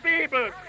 people